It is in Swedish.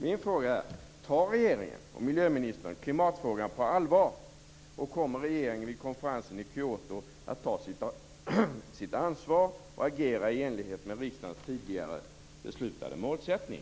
Min fråga är: Tar regeringen och miljöministern klimatfrågan på allvar, och kommer regeringen vid konferensen i Kyoto att ta sitt ansvar och agera i enlighet med riksdagens tidigare beslutade målsättning?